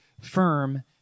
firm